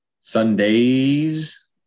Sunday's